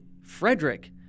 Frederick